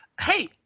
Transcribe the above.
Hey